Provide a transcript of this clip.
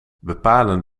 bepalen